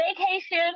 vacation